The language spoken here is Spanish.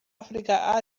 áfrica